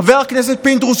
חבר הכנסת פינדרוס,